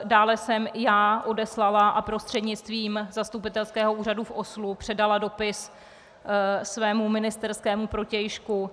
Dále jsem já odeslala a prostřednictvím zastupitelského úřadu v Oslu předala dopis svému ministerskému protějšku.